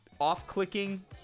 off-clicking